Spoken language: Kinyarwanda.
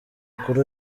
kuri